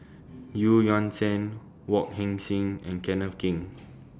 Yuan Zhen Wong Heck Sing and Kenneth Keng